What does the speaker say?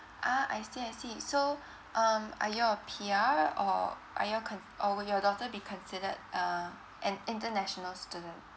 ah I see I see so um are you a P_R or are your con~ or will your daughter be considered uh an international student